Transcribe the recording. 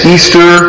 Easter